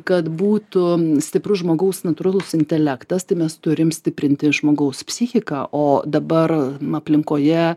kad būtų stiprus žmogaus natūralus intelektas tai mes turim stiprinti žmogaus psichiką o dabar aplinkoje